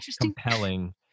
compelling